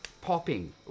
Popping